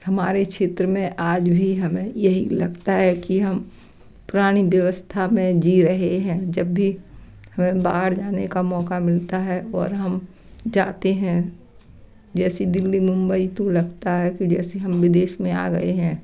हमारे क्षेत्र में आज भी हमें यही लगता है कि हम पुरानी व्यवस्था में जी रहे हैं जब भी हमें बाहर जाने का मौक़ा मिलता है और हम जाते हैं जैसी दिल्ली मुंबई तो लगता है कि जैसे हम विदेश में आ गए हैं